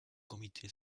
comité